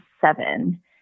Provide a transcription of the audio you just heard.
seven